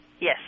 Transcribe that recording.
Yes